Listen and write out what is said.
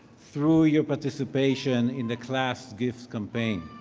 through your participation in the class gifts campaign.